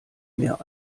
mehr